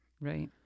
Right